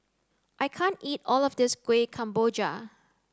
I can't eat all of this Kuih Kemboja